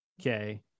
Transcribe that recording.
Okay